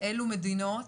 מאלו מדינות,